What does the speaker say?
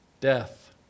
death